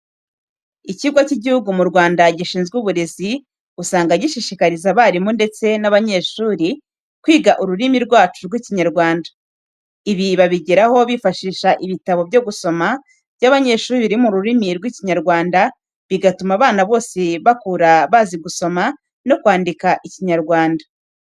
Ikigo cy'igihugu mu Rwanda gishinzwe uburezi usanga gishishikariza abarimu ndetse n'abanyeshuri kwiga ururimi rwacu rw'ikinyarwanda. Ibi babigeraho bifashisha ibitabo byo gusoma by'abanyeshuri biri mu rurimi rw'Ikinyarwanda bigatuma abana bose bakura bazi gusoma no kwandika ikinyarwanda.